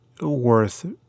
worth